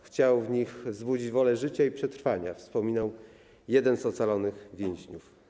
Chciał w nich wzbudzić wolę życia i przetrwania, wspominał jeden z ocalonych więźniów.